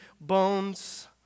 bones